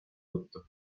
võtta